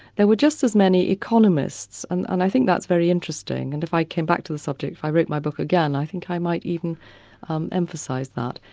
there were just as many economists, and and i think that's very interesting. and if i came back to the subject, if i wrote my book again, i think i might even emphasise that.